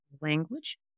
language